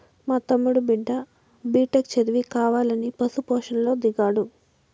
మా తమ్ముడి బిడ్డ బిటెక్ చదివి కావాలని పశు పోషణలో దిగాడు